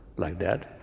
like that.